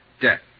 death